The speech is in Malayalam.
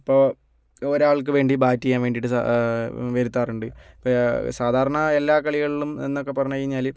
ഇപ്പോൾ ഒരാൾക്ക് വേണ്ടി ബാറ്റ് ചെയ്യാൻ വേണ്ടിയിട്ട് സാ വരുത്താറുണ്ട് ഇപ്പം സാധാരണ എല്ലാ കളികളിലും എന്നൊക്കെ പറഞ്ഞു കഴിഞ്ഞാൽ